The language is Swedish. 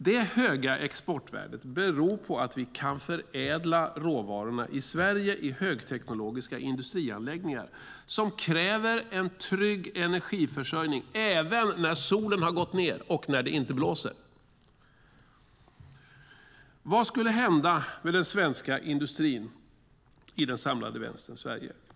Detta höga exportvärde beror på att vi kan förädla råvarorna i Sverige i högteknologiska industrianläggningar som kräver en trygg energiförsörjning även när solen har gått ned och när det inte blåser. Vad skulle hända med den svenska industrin i den samlade vänsterns Sverige?